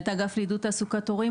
מנהלת האגף לעידוד תעסוקת הורים,